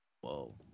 Whoa